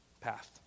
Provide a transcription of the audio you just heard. path